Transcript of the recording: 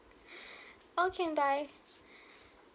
or can buy